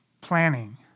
planning